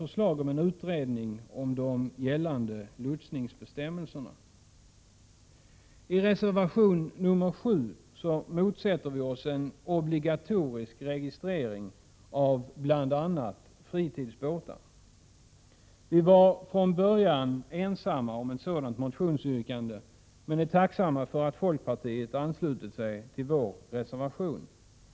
I reservation nr 7 motsätter vi oss en obligatorisk registrering av bl.a. fritidsbåtar. Vi var från början ensamma om ett sådant motionsyrkande men är tacksamma för att folkpartiet anslutit sig till vår reservation.